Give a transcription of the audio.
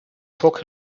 talk